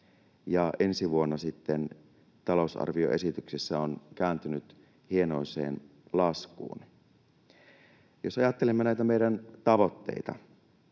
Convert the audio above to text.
ensi vuonna sitten talousarvioesityksessä kääntynyt hienoiseen laskuun. Jos ajattelemme näitä meidän tavoitteita,